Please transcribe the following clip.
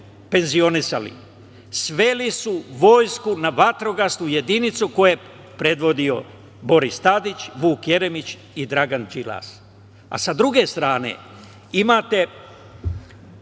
penzionisali. Sveli su vojsku na vatrogasnu jedinicu koju je predvodio Boris Tadić, Vuk Jeremić i Dragan Đilas. Sa druge strane, imate